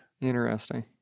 Interesting